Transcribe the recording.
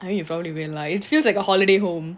I mean you ever realize it feels like a holiday home